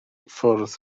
ffwrdd